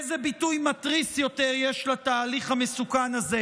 איזה ביטוי מתריס יותר יש לתהליך המסוכן הזה